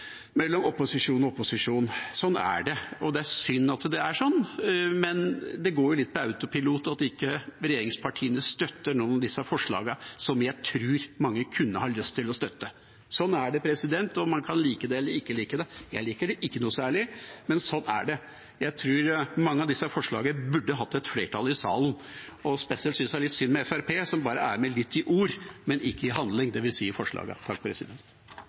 det, og det er synd at det er sånn. Men det går litt på autopilot at regjeringspartiene ikke støtter noen av disse forslagene, som jeg tror mange kunne ha lyst til å støtte. Sånn er det, og man kan like eller ikke like det. Jeg liker det ikke noe særlig, men sånn er det. Jeg tror mange av disse forslagene burde hatt flertall i salen. Spesielt synes jeg det er litt synd med Fremskrittspartiet, som bare er litt med i ord, men ikke i handling – dvs. i forslagene. Jeg tror de fleste i denne sal deler intensjonen i det representantforslaget som er fremmet. Vi